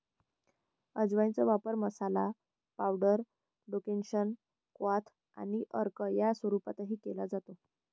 अजवाइनचा वापर मसाला, पावडर, डेकोक्शन, क्वाथ आणि अर्क या स्वरूपातही केला जातो